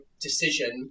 decision